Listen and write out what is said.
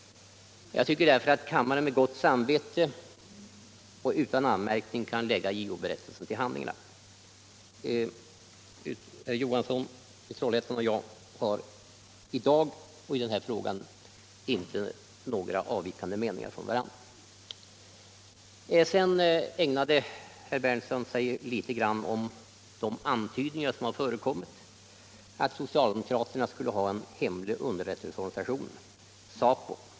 Jag tycker därför att kammaren med gott samvete utan anmärkning kan lägga JO-berättelsen till handlingarna. Herr Johansson i Trollhättan och jag har inga delade meningar i den här frågan. Herr Berndtson berörde litet grand de antydningar som har förekommit att socialdemokraterna skulle ha en hemlig underrättelseorganisation, SAPO.